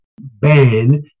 ban